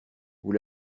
vous